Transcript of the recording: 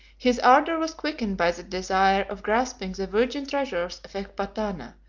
his ardor was quickened by the desire of grasping the virgin treasures of ecbatana,